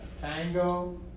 Tango